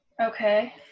Okay